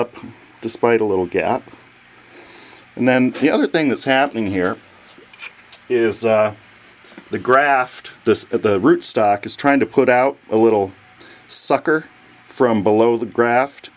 up despite a little gap and then the other thing that's happening here is the graft this at the root stock is trying to put out a little sucker from below the graft